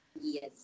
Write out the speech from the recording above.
Yes